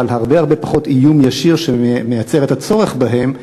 אבל הרבה הרבה פחות איום ישיר שמייצר את הצורך בהם.